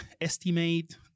estimate